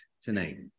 tonight